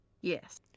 Yes